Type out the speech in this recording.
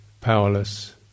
powerless